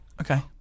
okay